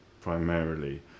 primarily